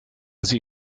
sie